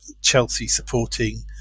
Chelsea-supporting